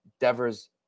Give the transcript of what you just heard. Devers